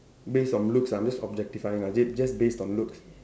based on looks I'm just objectifying ah j~ just based on looks